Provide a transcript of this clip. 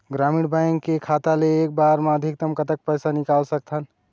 ग्रामीण बैंक के खाता ले एक बार मा अधिकतम कतक पैसा निकाल सकथन?